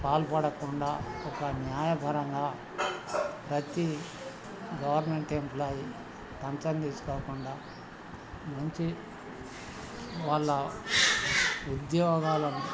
పాల్పడకుండా ఒక న్యాయపరంగా ప్రతి గవర్నమెంట్ ఎంప్లాయి లంచం తీసుకోకుండా మంచి వాళ్ళ ఉద్యోగాలను